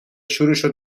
شورشو